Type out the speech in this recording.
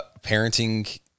parenting